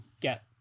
get